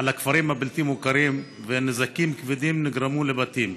על הכפרים הבלתי-מוכרים ונזקים כבדים נגרמו לבתים.